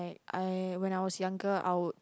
I when I was younger I would